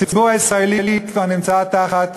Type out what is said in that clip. הציבור הישראלי כבר נמצא תחת